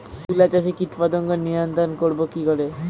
তুলা চাষে কীটপতঙ্গ নিয়ন্ত্রণর করব কি করে?